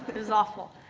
but it was awful.